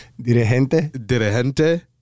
dirigente